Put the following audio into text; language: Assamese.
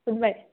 বুধবাৰে